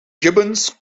gibbons